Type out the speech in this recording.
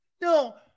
No